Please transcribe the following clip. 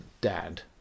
dad